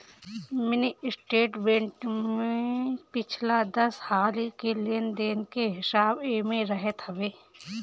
mini statement में पिछला दस हाली के लेन देन के हिसाब एमे रहत हवे